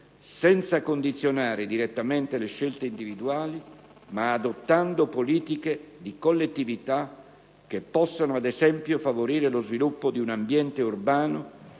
senza condizionare direttamente le scelte individuali, ma adottando politiche di collettività che possano ad esempio favorire lo sviluppo di un ambiente urbano